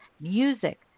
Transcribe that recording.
music